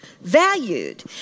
valued